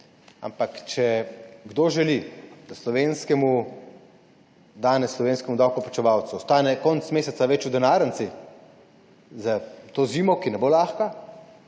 Ampak če kdo želi, da danes slovenskemu davkoplačevalcu ostane konec meseca več v denarnici za to zimo, ki ne bo lahka,